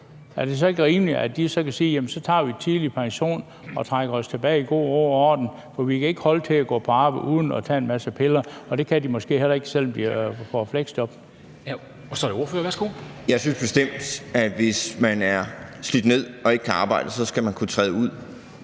Er det så ikke rimeligt, at de så kan sige, at så tager de en tidlig pension og trækker sig tilbage i god ro og orden, fordi de ikke kan holde til at gå på arbejde uden at tage en masse piller? Og det kan de måske heller ikke, selv om de får fleksjob. Kl. 14:29 Formanden (Henrik Dam Kristensen): Så er det ordføreren. Værsgo. Kl. 14:29 Hans Andersen (V): Jeg synes bestemt, at hvis man er slidt ned og ikke kan arbejde, så skal man kunne træde ud,